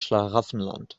schlaraffenland